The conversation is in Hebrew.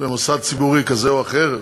במוסד ציבורי כזה או אחר,